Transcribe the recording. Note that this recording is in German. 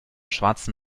schwarzen